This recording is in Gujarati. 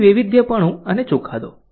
પછી વૈવિધ્યપણું અને ચુકાદો